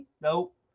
Nope